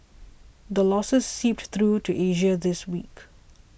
the losses seeped through to Asia this week